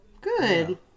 good